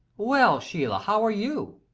well, sheila, how are you?